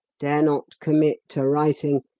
dare not commit to writing,